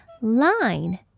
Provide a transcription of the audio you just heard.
Line